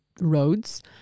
roads